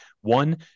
One